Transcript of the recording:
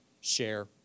share